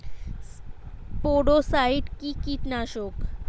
স্পোডোসাইট কি কীটনাশক?